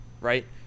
right